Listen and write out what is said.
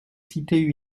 cités